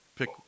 Pick